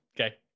Okay